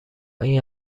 این